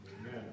amen